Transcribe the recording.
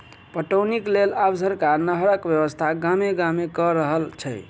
पटौनीक लेल आब सरकार नहरक व्यवस्था गामे गाम क रहल छै